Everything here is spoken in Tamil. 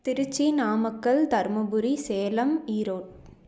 திருச்சி நாமக்கல் தருமபுரி சேலம் ஈரோடு